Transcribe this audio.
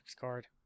card